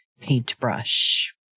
paintbrush